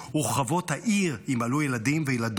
ורחבות העיר ימלאו ילדים וילדות